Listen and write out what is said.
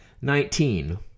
Nineteen